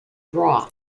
draw